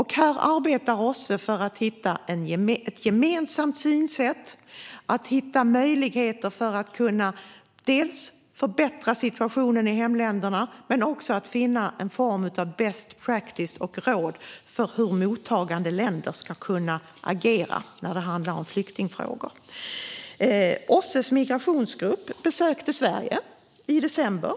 Här arbetar OSSE för att hitta ett gemensamt synsätt. Det gäller att hitta möjligheter för att kunna förbättra situationen i hemländerna men också att finna en form av best practice och råd för hur mottagande länder ska kunna agera när det handlar om flyktingfrågor. OSSE:s migrationsgrupp besökte Sverige i december.